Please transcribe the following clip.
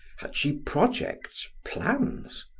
had she projects, plans?